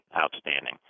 outstanding